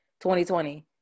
2020